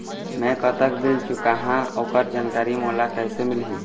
मैं कतक बिल चुकाहां ओकर जानकारी मोला कइसे मिलही?